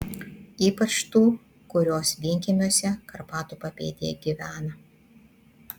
ypač tų kurios vienkiemiuose karpatų papėdėje gyvena